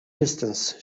instance